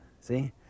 see